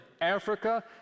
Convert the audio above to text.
africa